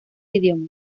idiomas